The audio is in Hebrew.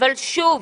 אבל שוב,